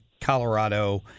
colorado